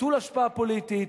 נטול השפעה פוליטית,